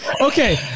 Okay